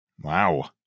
Wow